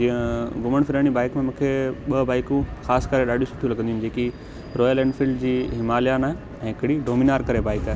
जीअं घुमण फ़िरण बाइक में मूंखे ॿ बाइकूं ख़ासि करे ॾाढियूं सुठियूं लॻंदियूं आहिनि जेकी रॉयल एनफ़ील्ड जी हिमालयान आहे ऐं हिकिड़ी डोमिनार करे बाइक आहे